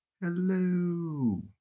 Hello